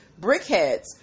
Brickheads